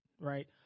right